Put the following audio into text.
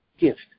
gift